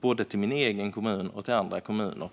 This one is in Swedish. både till min egen kommun och till andra kommuner.